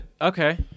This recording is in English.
Okay